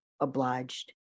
Obliged